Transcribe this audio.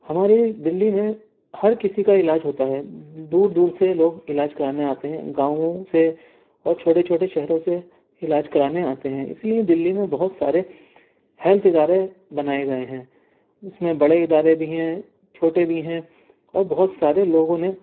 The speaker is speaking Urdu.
ہمارے دلی میں ہر کسی کا علاج ہوتا ہے دور دور سے لوگ علاج کرانے آتے ہیں گاؤوں سے اور چھوٹے چھوٹے شہروں سے علاج کرانے آتے ہیں اسی لیے دلی میں بہت سارے ہیلتھ ادارے بنائے گئے ہیں جس میں بڑے ادارے بھی ہیں چھوٹے بھی ہیں اور بہت سارے لوگوں نے